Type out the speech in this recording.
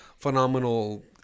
Phenomenal